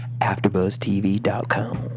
AfterBuzzTV.com